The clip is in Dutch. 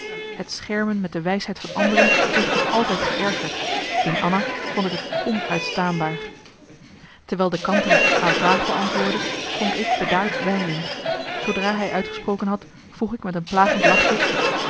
het schermen met de wijsheid van anderen heeft me altijd geërgerd in anna vond ik t onuitstaanbaar terwijl de kantere haar vraag beantwoordde schonk ik bedaard wijn in zoodra hij uitgesproken had vroeg ik met een plagend lachje